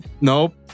nope